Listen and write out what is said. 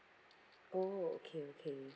oh okay okay